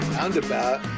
Roundabout